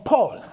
Paul